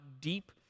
deep